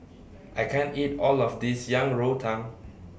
I can't eat All of This Yang Rou Tang